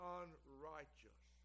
unrighteous